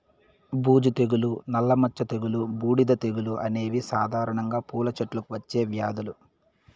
బూజు తెగులు, నల్ల మచ్చ తెగులు, బూడిద తెగులు అనేవి సాధారణంగా పూల చెట్లకు వచ్చే వ్యాధులు